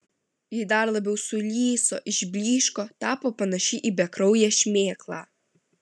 ji dar labiau sulyso išblyško tapo panaši į bekrauję šmėklą